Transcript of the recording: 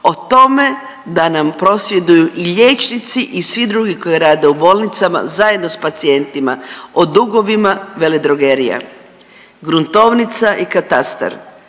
O tome da nam prosvjeduju i liječnici i svi drugi koji rade u bolnicama zajedno sa pacijentima. O dugovima veledrogerija. Gruntovnica i katastar.